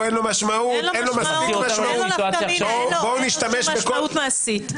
אין לו נפקא מינה, אין לו משמעות מעשית.